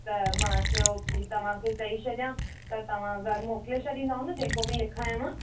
त मां चयो की तव्हांखे चई छॾियां तव्हां घर मोकिले छॾींदव न जेको बि लिखायांव